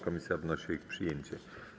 Komisja wnosi o ich przyjęcie.